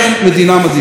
היה לא מזמן סקר,